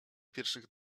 pierwszych